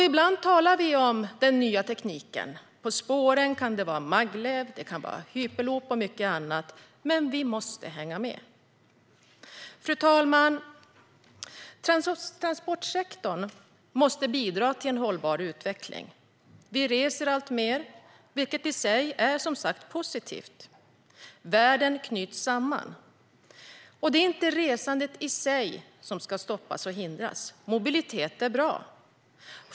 Ibland talar vi om den nya tekniken. På spåren kan det vara maglev, hyperloop och mycket annat, men vi måste hänga med. Fru talman! Transportsektorn måste bidra till en hållbar utveckling. Vi reser alltmer, vilket i sig är positivt. Världen knyts samman. Det är inte resandet i sig som ska stoppas och hindras. Mobilitet är bra.